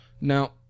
Now